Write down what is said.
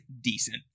decent